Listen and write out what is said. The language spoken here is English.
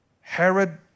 Herod